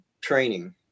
training